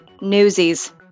newsies